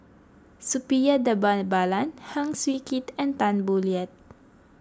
Suppiah Dhanabalan Heng Swee Keat and Tan Boo Liat